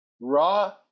raw